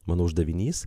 mano uždavinys